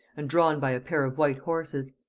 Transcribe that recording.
and drawn by a pair of white horses.